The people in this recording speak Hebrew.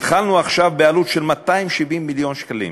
התחלנו עכשיו בעלות של 270 מיליון שקלים.